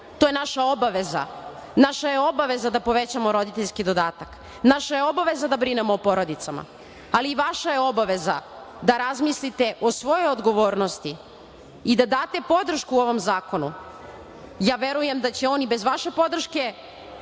To je naša obaveza. Naša je obaveza da povećamo roditeljski dodatak. Naša je obaveza da brinemo o porodicama, ali i vaša je obaveza da razmislite o svojoj odgovornosti i da date podršku ovom zakonu. Ja verujem da će on i bez vaše podrške